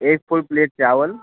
एक full plate चावल